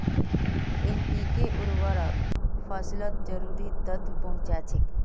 NPK उर्वरक फसलत जरूरी तत्व पहुंचा छेक